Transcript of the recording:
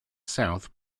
south